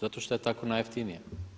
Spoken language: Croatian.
Zato što je tako najjeftinije.